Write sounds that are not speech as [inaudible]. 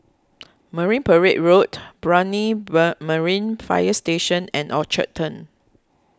Marine Parade Road Brani [unintelligible] Marine Fire Station and Orchard Turn